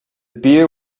beer